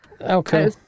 okay